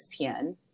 ESPN